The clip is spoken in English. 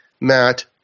matt